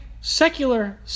secular